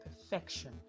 perfection